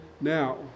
now